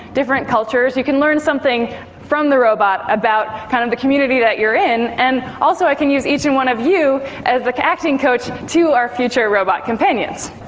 different cultures. you can learn something from the robot about kind of the community that you're in. and also i can use each and one of you as an like acting coach to our future robot companions.